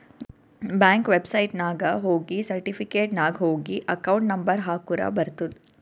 bank ವೆಬ್ಸೈಟ್ನಾಗ ಹೋಗಿ certificate ನಾಗ್ ಹೋಗಿ ಅಕೌಂಟ್ ನಂಬರ್ ಹಾಕುರ ಬರ್ತುದ್